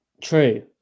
True